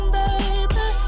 baby